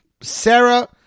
Sarah